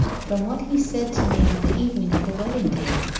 from what he said to me on the evening of the wedding-day,